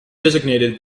designated